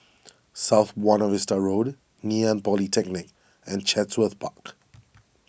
South Buona Vista Road Ngee Ann Polytechnic and Chatsworth Park